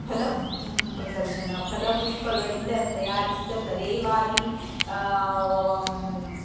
ಫಲ ಪ್ರದರ್ಶನ ಫಲಪುಷ್ಪಗಳಿಂದ ತಯಾರಿಸಿದ ತರಹೇವಾರಿ